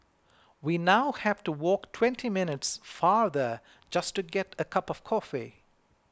we now have to walk twenty minutes farther just to get a cup of coffee